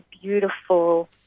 beautiful